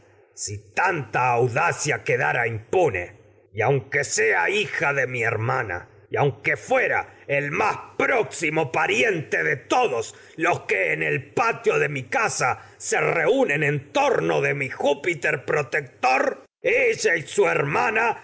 si tanta audacia que dara impune y aunque sea hija de mi hermana y aunque en fuera el más próximo pariente de todos los se que el patio de mi casa reúnen no en torno de mi jtipitcr pi'otector te ella y su hermana